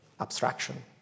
abstraction